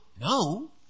no